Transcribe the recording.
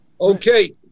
Okay